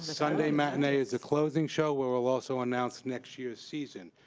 sunday matinee is the closing show, we will also announce next year's season,